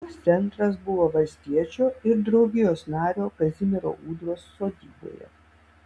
jos centras buvo valstiečio ir draugijos nario kazimiero ūdros sodyboje